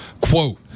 Quote